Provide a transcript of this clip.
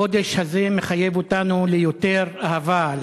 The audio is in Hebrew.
החודש הזה מחייב אותנו ליותר אהבה,